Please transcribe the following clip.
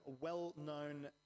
well-known